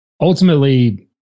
Ultimately